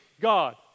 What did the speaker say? God